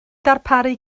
darparu